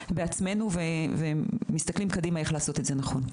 בעצמנו ומסתכלים קדימה איך לעשות את זה נכון.